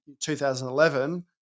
2011